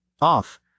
Off